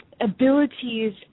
abilities